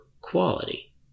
quality